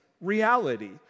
reality